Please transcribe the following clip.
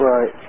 Right